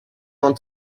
ont